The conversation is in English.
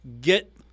get